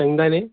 शेंगदाणे